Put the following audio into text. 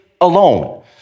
alone